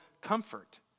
comfort